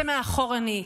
זה מאחורנית,